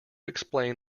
explained